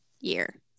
year